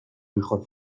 mejor